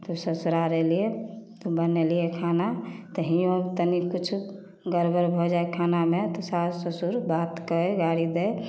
तऽ ससुरार अएलिए तऽ बनेलिए खाना तऽ हियोँ तनि किछु गड़बड़ भऽ जाइ खानामे तऽ सास ससुर बात कहै गारि दै